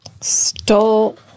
Stole